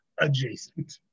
adjacent